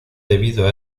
debido